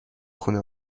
خونه